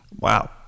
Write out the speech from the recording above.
wow